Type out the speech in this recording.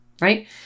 right